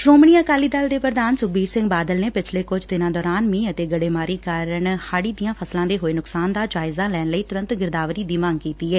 ਸ਼ੋਮਣੀ ਅਕਾਲੀ ਦਲ ਦੇ ਪ੍ਰਧਾਨ ਸੁਖਬੀਰ ਸਿੰਘ ਬਾਦਲ ਨੇ ਪਿਛਲੇ ਕੁੱਝ ਦਿਨਾਂ ਦੌਰਾਨ ਮੀਹ ਅਤੇ ਗੜੇਮਾਰੀ ਨਾਲ ਹਾੜੀ ਦੀਆਂ ਫਸਲਾਂ ਦੇ ਹੋਏ ਨੁਕਸਾਨ ਦਾ ਜਾਇਜ਼ਾ ਲੈਣ ਲਈ ਤੁਰੰਤ ਗਿਰਦਾਵਰੀ ਦੀ ਮੰਗ ਕੀਤੀ ਏ